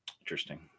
interesting